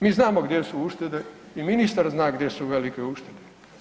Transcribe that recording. Mi znamo gdje su uštede i ministar zna gdje su velike uštede.